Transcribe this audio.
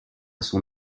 son